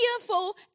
fearful